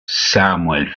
samuel